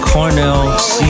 Cornell